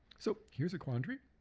so, here's a quandary